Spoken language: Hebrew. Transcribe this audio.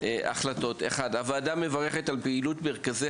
החלטות הוועדה: 1. הוועדה מברכת על פעילות מרכזי